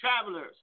travelers